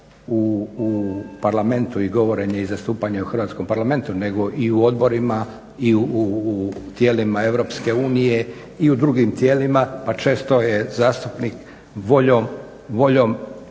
u Parlamentu i govorenje i zastupanje u Hrvatskom parlamentu nego i u odborima i u tijelima EU i u drugim tijelima pa često je zastupnik voljom